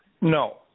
No